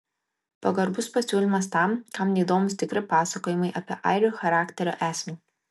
pagarbus pasiūlymas tam kam neįdomūs tikri pasakojimai apie airių charakterio esmę